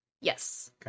Yes